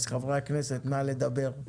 חברי הכנסת, נא לדבר.